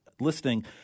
listening